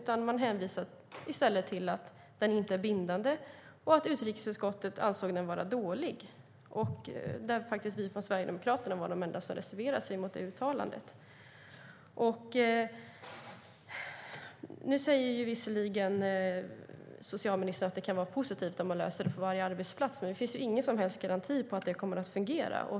Man hänvisar i stället till att den inte är bindande och att utrikesutskottet ansåg den vara dålig. Vi i Sverigedemokraterna var faktiskt de enda som reserverade sig mot det uttalandet. Nu säger socialministern att det kan vara positivt om man löser detta på varje arbetsplats, men det finns ju ingen som helst garanti för att det kommer att fungera.